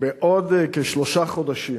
בעוד כשלושה חודשים